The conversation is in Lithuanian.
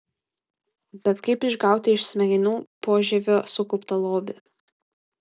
bet kaip išgauti iš smegenų požievio sukauptą lobį